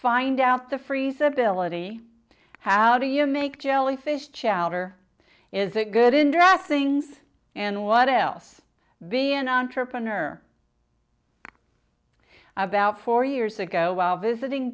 find out the freeze ability how do you make jelly fish chowder is it good in drought things and what else be an entrepreneur about four years ago while visiting